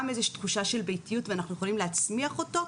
איזו תחושה של ביתיות ואנחנו יכולים להצמיח אותו,